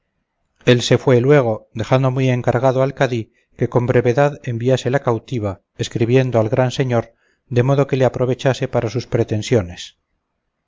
él se fue luego dejando muy encargado al cadí que con brevedad enviase la cautiva escribiendo al gran señor de modo que le aprovechase para sus pretensiones